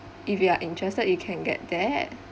if you are interested you can get that